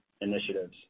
initiatives